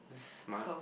that's smart